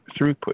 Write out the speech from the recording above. throughput